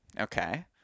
okay